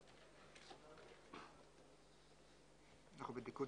אנחנו בתיקון